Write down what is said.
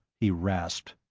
he rasped.